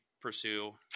pursue